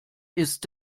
ist